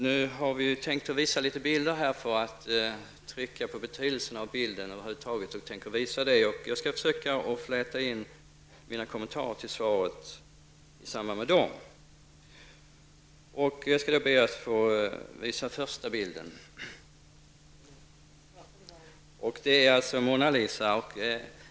Vi har tänkt visa litet bilder för att trycka på betydelsen av bilden, och jag tänker fläta in mina kommentarer under tiden. Första bilden visar Mona Lisa.